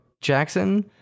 Jackson